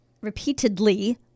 repeatedly